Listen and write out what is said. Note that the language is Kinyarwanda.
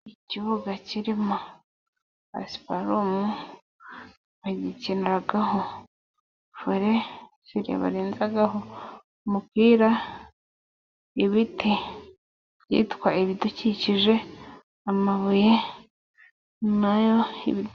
Ikibuga kirimo pasiparumu bagikiniraho vole, file barenzaho umupira, ibiti byitwa ibidukikije ,amabuye na yo ibi....